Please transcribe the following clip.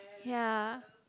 ya